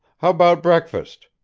how about breakfast?